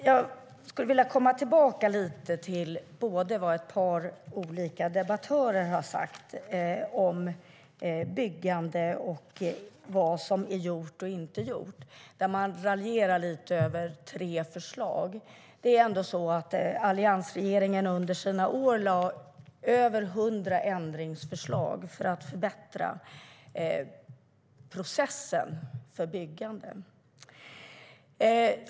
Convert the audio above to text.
Jag skulle vilja komma tillbaka till vad ett par olika debattörer har sagt om byggande och vad som är gjort och inte gjort, där man raljerar lite över tre förslag. Alliansregeringen lade under sina år fram över hundra ändringsförslag för att förbättra processen för byggande.